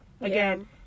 again